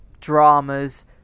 dramas